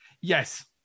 Yes